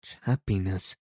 happiness